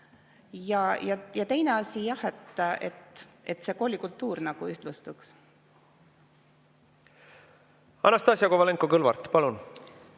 Ja teine asi, et see koolikultuur nagu ühtlustuks. Anastassia Kovalenko-Kõlvart, palun!